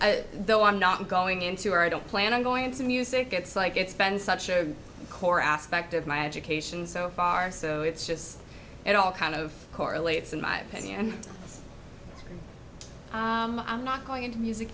though i'm not going into i don't plan on going to music it's like it's been such a core aspect of my education so far so it's just it all kind of correlates in my opinion i'm not going into music